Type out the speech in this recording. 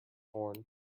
horn